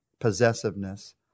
possessiveness